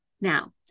Now